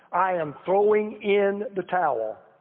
i am throwing in the towel.